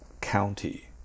county